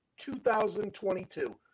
2022